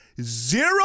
zero